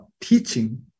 teaching